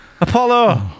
Apollo